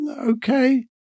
okay